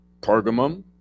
Pergamum